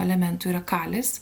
elementų yra kalis